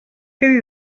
quedi